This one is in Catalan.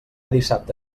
dissabte